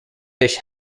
fish